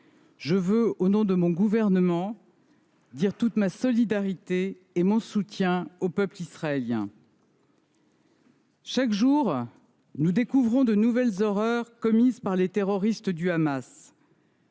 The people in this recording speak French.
je veux, au nom de mon gouvernement, dire toute ma solidarité et mon soutien au peuple israélien. Chaque jour, nous découvrons de nouvelles horreurs commises par les terroristes du Hamas.